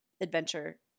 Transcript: adventure